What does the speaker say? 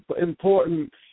important